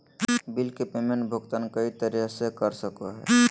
bill के payment भुगतान कई तरह से कर सको हइ